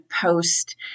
post